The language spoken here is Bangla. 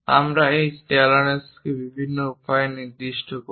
আমরা এই টলারেন্সগুলিকে বিভিন্ন উপায়ে নির্দিষ্ট করি